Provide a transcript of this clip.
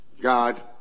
god